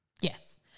Yes